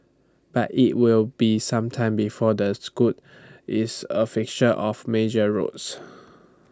but IT will be some time before the Scot is A fixture of major roads